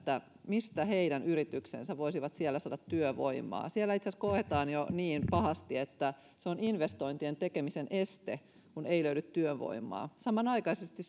mistä heidän yrityksensä voisivat siellä saada työvoimaa siellä itse asiassa koetaan jo niin pahasti että se on investointien tekemisen este kun ei löydy työvoimaa samanaikaisesti